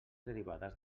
derivades